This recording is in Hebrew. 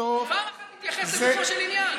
להתייחס לגופו של עניין.